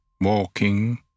walking